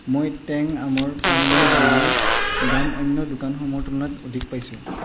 মই টেং আমৰ পানীয়ৰ গুড়িৰ দাম অন্য দোকানসমূহৰ তুলনাত অধিক পাইছোঁ